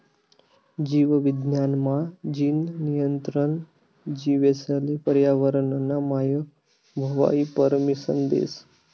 जीव विज्ञान मा, जीन नियंत्रण जीवेसले पर्यावरनना मायक व्हवानी परमिसन देस